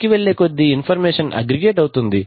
పైకి వెళ్ళే కొద్దీ ఇన్ఫర్మేషన్ అగ్రిగేట్ అవుతుంది